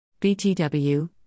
BTW